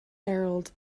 herald